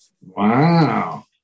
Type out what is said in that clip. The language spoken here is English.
Wow